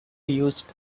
used